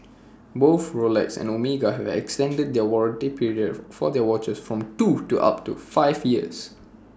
both Rolex and Omega have extended the warranty period for their watches from two to up to five years